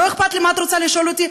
לא אכפת לי מה את רוצה לשאול אותי.